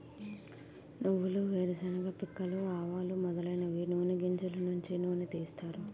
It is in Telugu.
నువ్వులు వేరుశెనగ పిక్కలు ఆవాలు మొదలైనవి నూని గింజలు నుంచి నూనె తీస్తారు